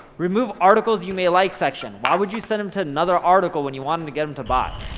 remove articles you may like section. why would you send them to another article when you wanted to get them to buy.